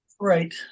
Right